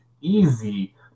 easy